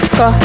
go